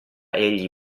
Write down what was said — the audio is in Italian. egli